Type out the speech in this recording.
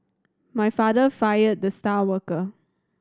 my father fired the star worker